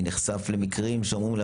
אני נחשף למקרים ואומרים לי,